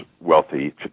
wealthy